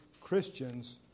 Christians